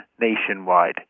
nationwide